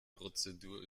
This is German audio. prozedur